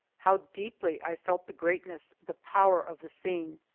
how deeply i felt the greatness, the power of the scene!